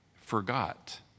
forgot